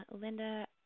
Linda